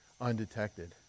undetected